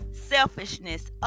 selfishness